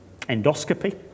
endoscopy